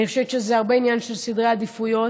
אני חושבת שזה הרבה עניין של סדר עדיפויות.